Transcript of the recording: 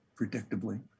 predictably